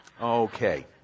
Okay